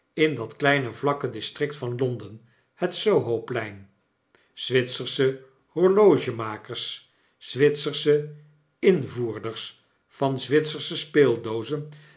in dat kleine vlakke district van londen het sohoplein zwitsersche horlogemakers zwitsersche invoerders van zwitsersche speeldoozen